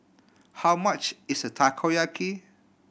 how much is Takoyaki